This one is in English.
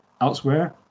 Elsewhere